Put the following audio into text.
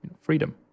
freedom